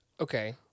Okay